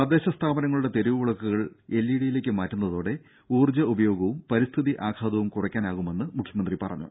തദ്ദേശ സ്ഥാപനങ്ങളുടെ തെരുവു വിളക്കുകൾ എൽ ഇ ഡിയിലേക്ക് മാറ്റുന്നതോടെ ഊർജ്ജ ഉപയോഗവും പരിസ്ഥിതി ആഘാതവും കുറയ്ക്കാനാകുമെന്ന് മുഖ്യമന്ത്രി പറഞ്ഞു